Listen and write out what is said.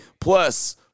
Plus